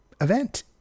event